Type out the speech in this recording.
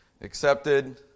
accepted